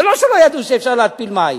זה לא שלא ידעו שאפשר להתפיל מים.